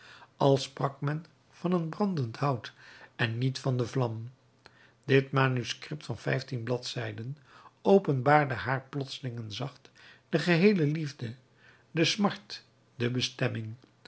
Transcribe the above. als sprak men van een brandend hout en niet van de vlam dit manuscript van vijftien bladzijden openbaarde haar plotseling en zacht de geheele liefde de smart de bestemming